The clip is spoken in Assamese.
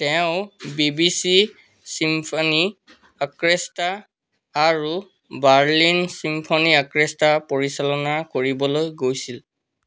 তেওঁ বিবিচি চিম্ফনী আক্ৰেষ্ট্ৰা আৰু বাৰ্লিন চিম্ফনী আক্ৰেষ্ট্ৰা পৰিচালনা কৰিবলৈ গৈছিল